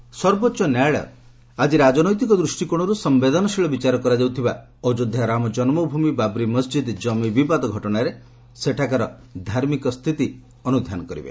SC Ayodhya ସର୍ବୋଚ୍ଚ ନ୍ୟାୟାଳୟ ଆଜି ରାଜନୈତିକ ଦୃଷ୍ଟିକୋଣରୁ ସମ୍ଭେଦନଶୀଳ ବିଚାର କରାଯାଉଥିବା ଅଯୋଧ୍ୟା ରାମ ଜନ୍ମଭୂମି ବାବ୍ରି ମସ୍ଜିଦ୍ କମି ବିବାଦ ଘଟଣାରେ ସେଠାକାର ଧାର୍ମିକ ସ୍ଥିତି ଅନୁଧ୍ୟାନ କରିବେ